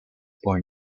born